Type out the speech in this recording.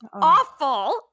awful